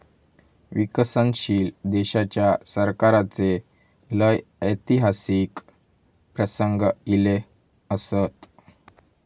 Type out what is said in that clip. विकसनशील देशाच्या सरकाराचे लय ऐतिहासिक प्रसंग ईले असत